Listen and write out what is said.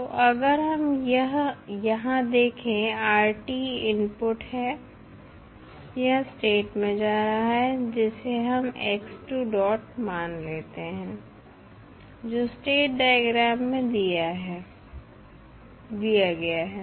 तो अगर हम यहाँ देखें इनपुट है यह स्टेट में जा रहा है जिसे हम मान लेते हैं जो स्टेट डायग्राम में दिया गया है